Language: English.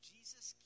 Jesus